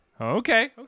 Okay